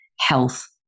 health